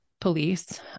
police